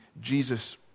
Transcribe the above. Jesus